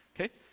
Okay